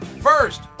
First